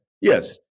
yes